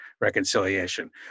reconciliation